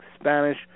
Spanish